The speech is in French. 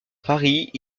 paris